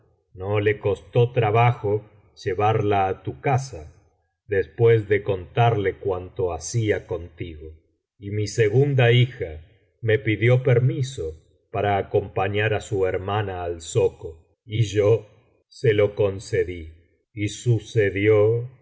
no le costó trabajo llevarla á tu casa después de contarle cuanto hacía contigo y mi segunda hija me pidió permiso para acompañar á su hermana al zoco y yo se lo concedí y sucedió